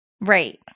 Right